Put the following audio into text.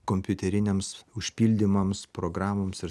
kompiuteriniams užpildymams programoms ir